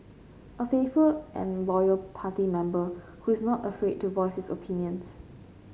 a faithful and loyal party member who is not afraid to voice his opinions